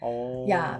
oh